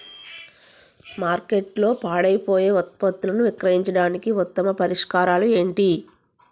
మార్కెట్లో పాడైపోయే ఉత్పత్తులను విక్రయించడానికి ఉత్తమ పరిష్కారాలు ఏంటి?